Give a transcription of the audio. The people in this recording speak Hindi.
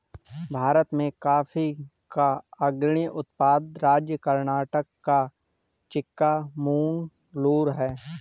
भारत में कॉफी का अग्रणी उत्पादक राज्य कर्नाटक का चिक्कामगलूरू है